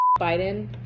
Biden